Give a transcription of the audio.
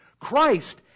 Christ